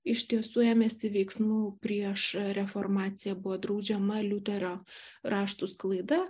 iš tiesų ėmėsi veiksmų prieš reformaciją buvo draudžiama liuterio raštų sklaida